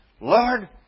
Lord